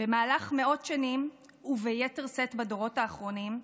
במהלך מאות שנים, וביתר שאת בדורות האחרונים,